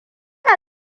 na